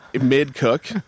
mid-cook